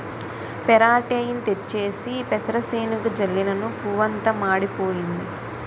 పెరాటేయిన్ తెచ్చేసి పెసరసేనుకి జల్లినను పువ్వంతా మాడిపోయింది